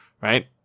right